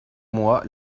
moi